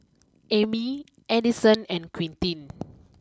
Emmy Edison and Quintin